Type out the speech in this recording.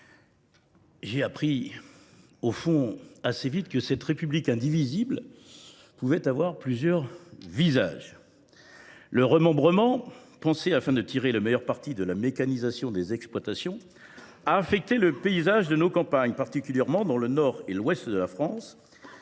j’ai appris assez vite que la République indivisible pouvait avoir plusieurs visages. Le remembrement, conçu pour tirer le meilleur parti de la mécanisation des exploitations, a affecté le paysage de nos campagnes, particulièrement dans le nord et l’ouest de la France.